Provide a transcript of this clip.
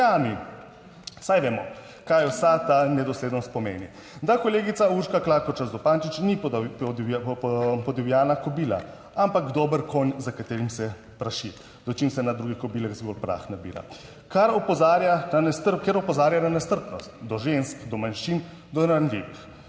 Saj vemo, kaj vsa ta nedoslednost pomeni. Da kolegica Urška Klakočar Zupančič ni podivjana kobila, ampak dober konj, za katerim se praši, dočim se na drugih kobilah zgolj prah nabira. Kar opozarja na nestrpnost, ker opozarja na nestrpnost